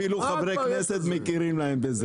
אפילו חברי כנסת מכירים להם בזה.